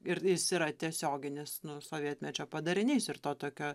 ir jis yra tiesioginis nu sovietmečio padarinys ir to tokio